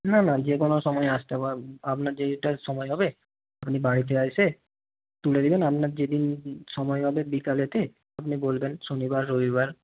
না না যে কোনো সময়ে আসতে আপনার যেটা সময় হবে আপনি বাড়িতে এসে তুলে দেবেন আপনার যেদিন সময় হবে বিকালেতে আপনি বলবেন শনিবার রবিবার